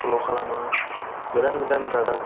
फल' खालामो गोदान गोदान रादाब